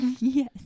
Yes